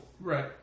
Right